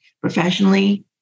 professionally